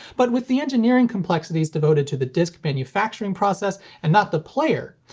but with the engineering complexities devoted to the disc manufacturing process and not the player,